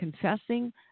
confessing